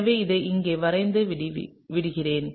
எனவே அதை இங்கே வரைந்து விடுகிறேன்